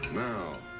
now.